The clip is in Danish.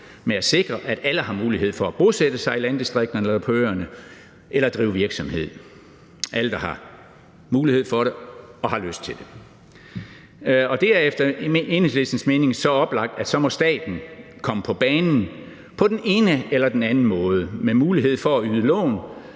med at sikre, at alle har mulighed for at bosætte sig i landdistrikterne eller på øerne eller drive virksomhed, altså alle, der har mulighed for det og har lyst til det. Det er efter Enhedslistens mening så oplagt, at staten så må komme på banen på den ene eller den anden måde med mulighed for at yde lån,